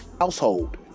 household